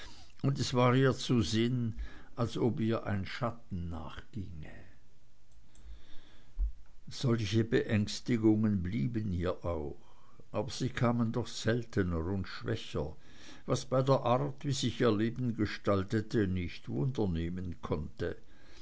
und es war ihr zu sinn als ob ihr ein schatten nachginge solche beängstigungen blieben ihr auch aber sie kamen doch seltener und schwächer was bei der art wie sich ihr leben gestaltete nicht wundernehmen konnte